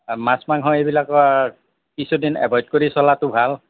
মাছ মাংস এইবিলাক কিছুদিন এভইদ কৰি চলাটো ভাল